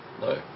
no